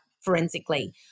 forensically